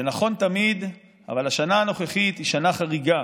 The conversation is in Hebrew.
זה נכון תמיד, אבל השנה הנוכחית היא שנה חריגה.